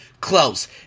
close